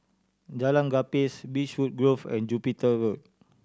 Jalan Gapis Beechwood Grove and Jupiter Road